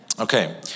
Okay